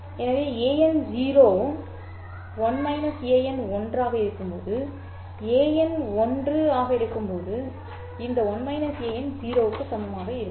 எனவே an 0 1 an 1 ஆக இருக்கும்போது an 1 ஆக இருக்கும்போது இந்த 1 an 0 க்கு சமமாக இருக்கும்